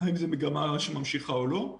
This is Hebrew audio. האם זו מגמה שממשיכה או לא,